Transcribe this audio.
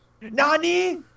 Nani